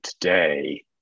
today